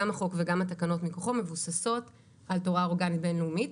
גם החוק וגם התקנות מכוחו מבוססות על תורה אורגנית בין-לאומית.